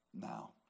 Now